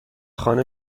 خانه